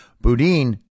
Boudin